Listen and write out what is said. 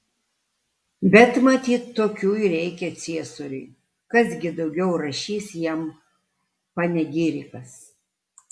bet matyt tokių ir reikia ciesoriui kas gi daugiau rašys jam panegirikas